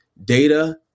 data